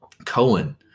Cohen